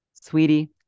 Sweetie